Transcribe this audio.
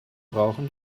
brauchen